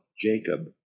Jacob